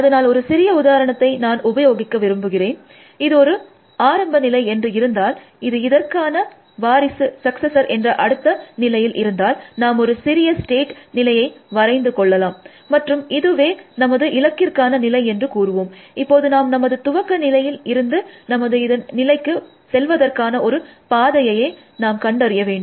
அதனால் ஒரு சிறிய உதாரணத்தை நான் உபயோகிக்க விரும்புகிறேன் இது ஒரு ஆரம்ப நிலை என்று இருந்தால் இது அதற்கான வாரிசு என்ற அடுத்த நிலையில் இருந்தால் நாம் ஒரு சிறிய ஸ்டேட் நிலையை வரைந்து கொள்ளலாம் மற்றும் இதுவே நமது இலக்கிற்கான நிலை என்று கூறுவோம் இப்போது நாம் நமது துவக்க நிலையில் இருந்து நமது இதன் நிலைக்கு செல்வதற்கான ஒரு பாதையையே நாம கண்டறிய வேண்டும்